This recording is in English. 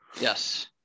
yes